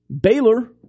Baylor